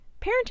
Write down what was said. Parenting